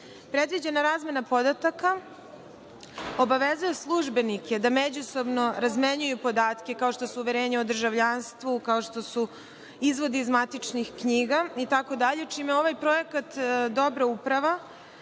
Predviđena razmena podataka obavezuje službenike da međusobno razmenjuju podatke, kao što su uverenja o državljanstvu, kao što su izvodi iz matičnih knjiga itd, čime ovaj projekat „Dobra uprava“